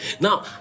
Now